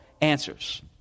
answers